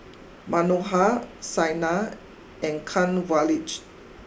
Manohar Saina and Kanwaljit